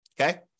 Okay